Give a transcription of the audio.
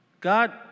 God